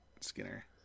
Skinner